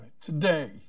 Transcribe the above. today